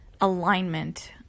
alignment